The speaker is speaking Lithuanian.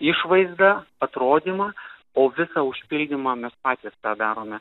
išvaizdą atrodymą o visą užpildymą mes patys tą darome